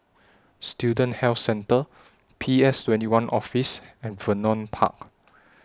Student Health Centre P S twenty one Office and Vernon Park